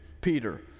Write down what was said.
Peter